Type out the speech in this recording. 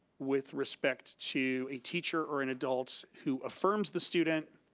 with respect to a teacher or an adult who affirms the student,